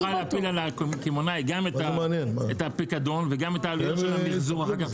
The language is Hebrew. אי אפשר להפיל על הקמעונאי גם את הפיקדון וגם את עלויות המחזור אחר כך.